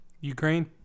Ukraine